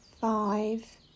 five